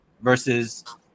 versus